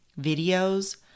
videos